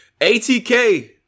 ATK